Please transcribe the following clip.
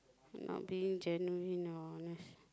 not being genuine or honest